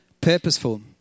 Purposeful